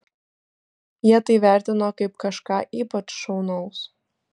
jie tai vertino kaip kažką ypač šaunaus